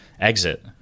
exit